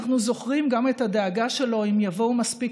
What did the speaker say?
אנחנו זוכרים גם את הדאגה שלו אם יבואו מספיק